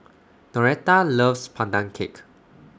Noreta loves Pandan Cake